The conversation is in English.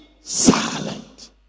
silent